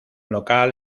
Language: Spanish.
local